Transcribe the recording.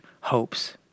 hopes